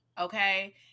okay